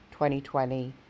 2020